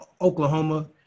Oklahoma